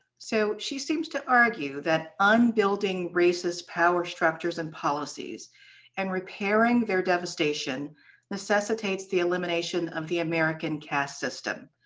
so she seems to argue that unbuilding racist power structures and policies and repairing their devastation necessitates the elimination of the american caste system.